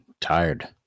tired